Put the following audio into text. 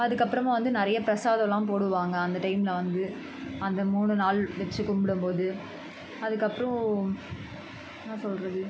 அதுக்கு அப்புறமா வந்து நிறைய பிரசாதம்லாம் போடுவாங்கள் அந்த டைம்ல வந்து அந்த மூணு நாள் வச்சு கும்பிடும்போது அதுக்கு அப்புறோம் என்ன சொல்கிறது